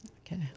Okay